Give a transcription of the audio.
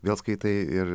vėl skaitai ir